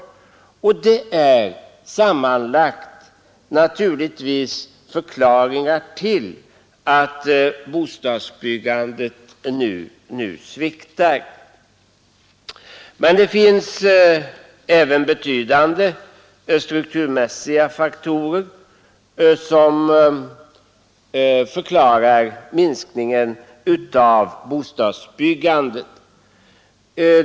Dessa saker tillsammans är naturligtvis en av förklaringarna till att bostadsbyggandet nu sviktar. Men det finns även betydande strukturmässiga faktorer som förklarar minskningen av bostadsbyggandet.